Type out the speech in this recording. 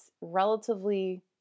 relatively